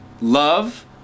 Love